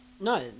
No